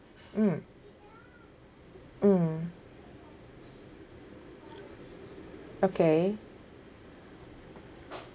mm mm okay